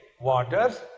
waters